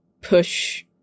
push